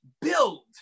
build